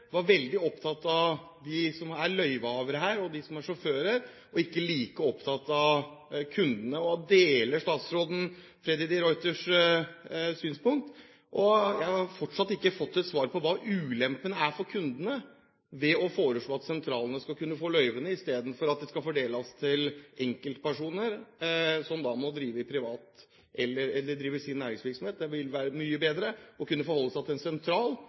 var veldig opptatt av de som er løyvehavere, og av de som er sjåfører, og ikke like opptatt av kundene. Deler statsråden Freddy de Ruiters synspunkt? Jeg har fortsatt ikke fått svar på hva ulempene for kundene er, ved å foreslå at sentralene skal få løyvene istedenfor å fordele dem til enkeltpersoner som da må drive egen næringsvirksomhet. Det vil være mye bedre å kunne forholde seg til en sentral